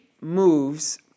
moves